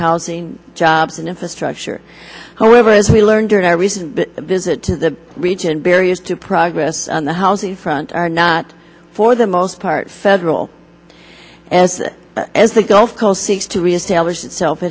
housing jobs and infrastructure however as we learned during our recent visit to the region barriers to progress on the housing front are not for the most part federal as the gulf coast seeks to reestablish itself